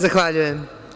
Zahvaljujem.